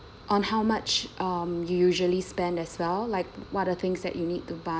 on how much um you usually spend as well like what are things that you need to buy